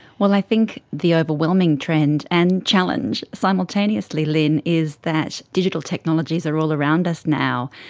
well, i think the overwhelming trend and challenge simultaneously, lynne, is that digital technologies are all around us now,